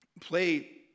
play